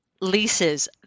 Leases